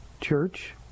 church